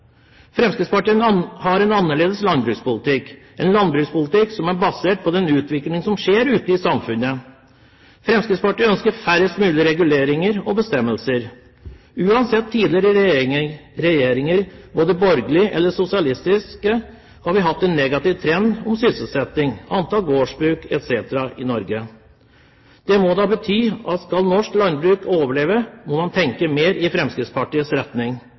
Fremskrittspartiet har en annerledes landbrukspolitikk, en landbrukspolitikk som er basert på den utviklingen som skjer ute i samfunnet. Fremskrittspartiet ønsker færrest mulig reguleringer og bestemmelser. Uansett tidligere regjeringer, både borgerlige og sosialistiske, har vi hatt en negativ trend i sysselsetting, antall gårdsbruk etc. i Norge. Det må bety at skal norsk landbruk overleve, må man tenke mer i Fremskrittspartiets retning.